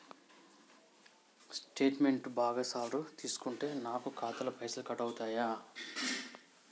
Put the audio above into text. Statement బాగా సార్లు తీసుకుంటే నాకు ఖాతాలో పైసలు కట్ అవుతయా?